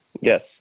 Yes